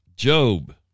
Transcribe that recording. Job